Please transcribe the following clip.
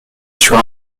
sur